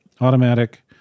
automatic